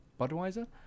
Budweiser